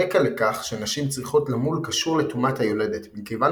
הרקע לכך שנשים צריכות למול קשור לטומאת היולדת מכיוון